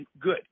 good